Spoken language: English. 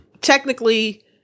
technically